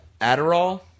Adderall